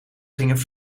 gingen